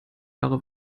jahre